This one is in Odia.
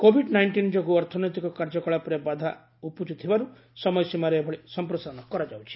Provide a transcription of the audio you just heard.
କୋବିଡ ନାଇଷ୍ଟିନ୍ ଯୋଗୁଁ ଅର୍ଥନୈତିକ କାର୍ଯ୍ୟକଳାପରେ ବାଧା ଉପୁଜୁଥିବାରୁ ସମୟସୀମାରେ ଏଭଳି ସଂପ୍ରସାରଣ କରାଯାଉଛି